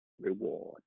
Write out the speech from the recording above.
reward